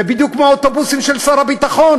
זה בדיוק כמו האוטובוסים של שר הביטחון.